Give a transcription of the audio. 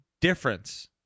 difference